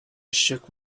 shook